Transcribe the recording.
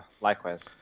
likewise